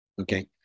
okay